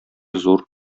зур